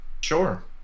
Sure